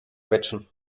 quetschen